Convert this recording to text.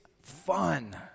fun